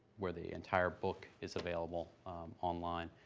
where the entire book is available online.